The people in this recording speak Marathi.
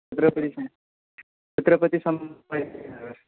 छत्रपती स छत्रपती सं